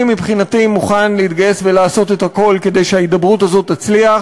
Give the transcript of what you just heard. אני מבחינתי מוכן להתגייס ולעשות את הכול כדי שההידברות הזאת תצליח,